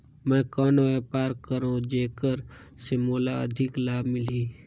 मैं कौन व्यापार करो जेकर से मोला अधिक लाभ मिलही?